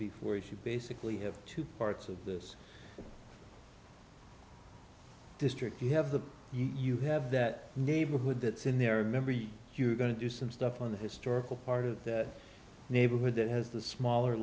you basically have two parts of this district you have the you have that neighborhood that's in there remember you're going to do some stuff on the historical part of the neighborhood that has the smaller